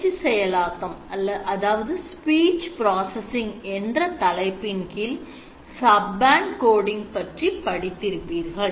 பேச்சு செயலாக்கம் என்ற தலைப்பின் கீழ் Subband coding பற்றி படித்திருப்பீர்கள்